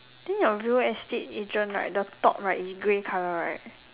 then your real estate agent right the top right is grey color right